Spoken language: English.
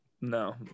No